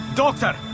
Doctor